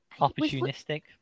Opportunistic